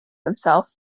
himself